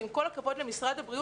ועם כל הכבוד למשרד הבריאות,